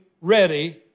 ready